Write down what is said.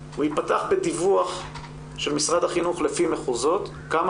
הוא ייפתח בדיווח של משרד החינוך לפי מחוזות על כמה